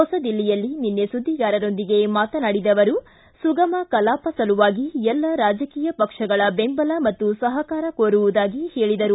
ಹೊಸದಿಲ್ಲಿಯಲ್ಲಿ ನಿನ್ನೆ ಸುದ್ದಿಗಾರರೊಂದಿಗೆ ಮಾತನಾಡಿ ಸುಗಮ ಕಲಾಪ ಸಲುವಾಗಿ ಎಲ್ಲ ರಾಜಕೀಯ ಪಕ್ಷಗಳ ಬೆಂಬಲ ಮತ್ತು ಸಹಕಾರ ಕೋರುವುದಾಗಿ ಹೇಳಿದರು